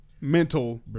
mental